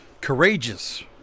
courageous